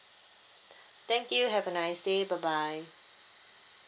thank you have a nice day bye bye